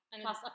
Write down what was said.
plus